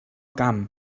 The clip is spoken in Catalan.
camp